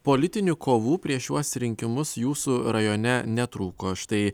politinių kovų prieš šiuos rinkimus jūsų rajone netrūko štai